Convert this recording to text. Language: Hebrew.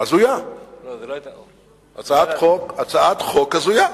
הצעת חוק הזויה.